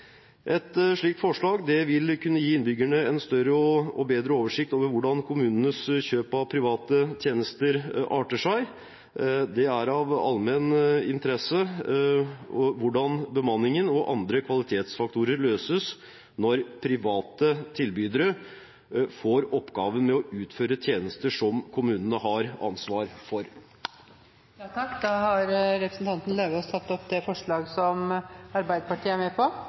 Et slikt forslag vil kunne gi innbyggerne en større og bedre oversikt over hvordan kommunenes kjøp av private tjenester arter seg. Det er av allmenn interesse hvordan bemanningen og andre kvalitetsfaktorer løses når private tilbydere får oppgaven med å utføre tjenester som kommunene har ansvaret for. Representanten Stein Erik Lauvås har tatt opp det forslaget som